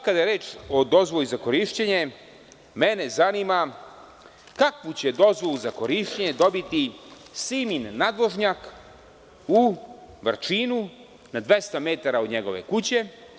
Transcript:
Kada je reč o dozvoli za korišćenje, mene zanima kakvu će dozvolu za korišćenje dobiti „Simin nadvožnjak“ u Vrčinu, na 200 metara od njegove kuće?